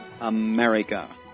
America